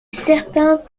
certains